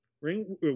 ring